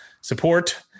support